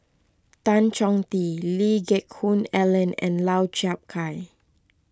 Tan Chong Tee Lee Geck Hoon Ellen and Lau Chiap Khai